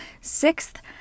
sixth